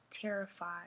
terrified